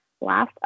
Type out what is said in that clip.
last